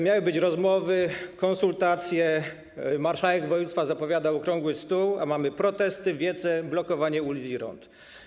Miały być rozmowy, konsultacje, marszałek województwa zapowiadał okrągły stół, a mamy protesty, wiece, blokowanie ulic i rond.